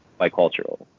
bicultural